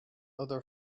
other